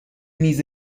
میز